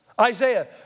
Isaiah